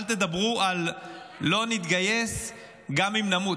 אל תדברו על "לא נתגייס גם אם נמות".